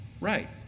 Right